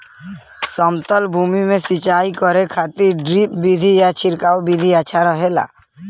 समतल भूमि में सिंचाई करे खातिर ड्रिप विधि या छिड़काव विधि अच्छा रहेला?